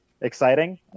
exciting